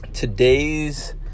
Today's